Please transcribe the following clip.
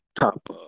top